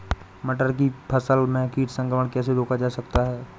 मटर की फसल में कीट संक्रमण कैसे रोका जा सकता है?